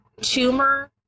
tumor